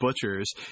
butchers